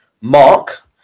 Mark